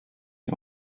wie